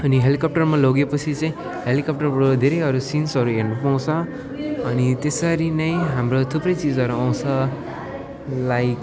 अनि हेलिकप्टरमा लगेपछि चाहिँ हेलिकप्टरबाट धेरैहरू सिन्सहरू हेर्नु पाउँछ अनि त्यसरी नै हाम्रो थुप्रै चिजहरू आउँछ लाइक